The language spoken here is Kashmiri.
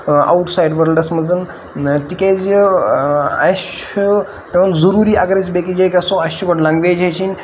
آوُٹ سایڈ ؤرلڈَس منٛز تِکیٛازِ اَسہِ چھُ پیٚوان ضروٗری اگر أسۍ بیٚکہِ جاے گژھو اَسہِ چھِ گۄڈٕ لنٛگویج ہیٚچھِنۍ